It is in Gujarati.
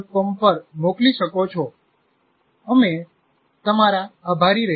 com પર મોકલી શકો છો અમે તમારા આભારી રહીશું